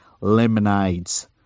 lemonades